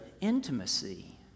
intimacy